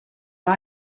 war